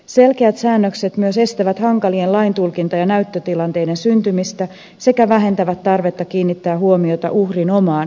selkeät säännökset myös estävät hankalien laintulkinta ja näyttötilanteiden syntymistä sekä vähentävät tarvetta kiinnittää huomiota uhrin omaan käyttäytymiseen